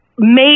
made